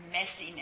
messiness